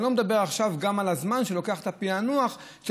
אני לא מדבר עכשיו גם על הזמן שלוקח הפענוח של